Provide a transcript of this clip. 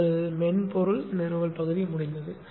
உங்கள் மென்பொருள் நிறுவல் பகுதி முடிந்தது